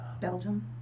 Belgium